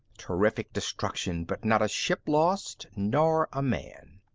terrific destruction, but not a ship lost nor a man.